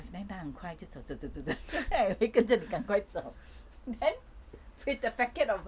then 她很快就走走走走走 then mummy 就赶快跟她走 then fit the packet or